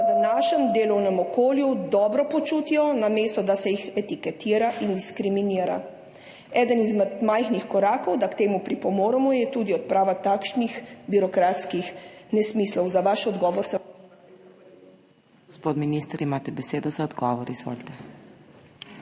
v našem delovnem okolju dobro počutijo, namesto da se jih etiketira in diskriminira. Eden izmed majhnih korakov, da k temu pripomoremo, je tudi odprava takšnih birokratskih nesmislov. Za vaš odgovor se vam že vnaprej zahvaljujem.